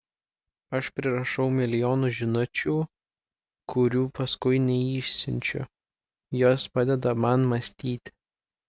aš prirašau milijonus žinučių kurių paskui neišsiunčiu jos padeda man mąstyti